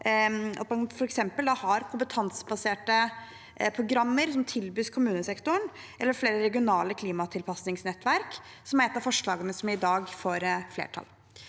da har kompetansebaserte programmer som tilbys kommunesektoren, eller flere regionale klimatilpasningsnettverk, som er ett av forslagene som i dag får flertall.